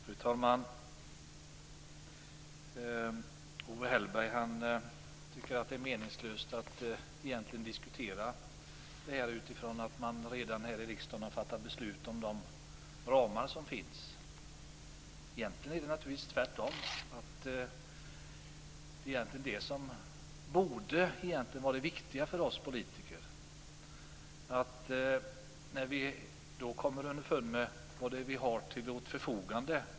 Fru talman! Owe Hellberg tycker att det är meningslöst att diskutera detta förslag, eftersom riksdagen redan har fattat beslut om de ramar som finns. Egentligen är det naturligtvis tvärtom så att det som egentligen borde vara det viktiga för oss politiker är att komma underfund med vad vi har till vårt förfogande.